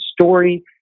story